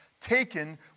taken